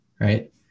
right